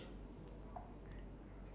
ya waste time